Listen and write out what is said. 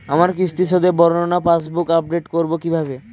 আমার কিস্তি শোধে বর্ণনা পাসবুক আপডেট করব কিভাবে?